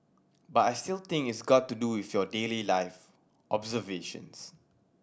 but I still think it's got to do with your daily life observations